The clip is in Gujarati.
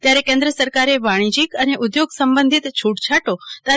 ત્યારે કેન્દ્ર સરકારે વાણિજ્યીક અને ઊદ્યોગ સંબંધિત છુટછાટો તા